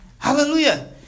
Hallelujah